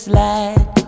light